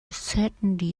certainly